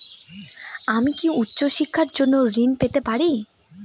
আমি কি উচ্চ শিক্ষার জন্য ঋণ পেতে পারি?